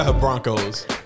Broncos